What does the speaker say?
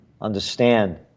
understand